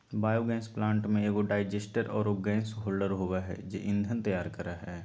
biogas plant में एगो digester आरो गैस होल्डर होबा है जे ईंधन तैयार करा हइ